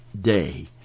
day